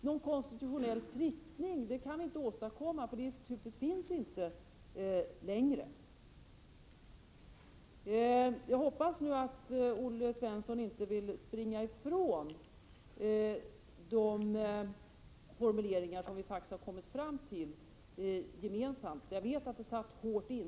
Någon konstitutionell prickning kan vi inte åstadkomma, för det institutet finns inte längre. Jag hoppas att Olle Svensson inte vill springa ifrån de formuleringar som vi faktiskt har kommit fram till gemensamt. Jag vet att det satt hårt inne.